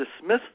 dismiss